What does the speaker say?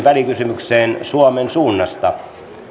välikysymykseen suomen suunnasta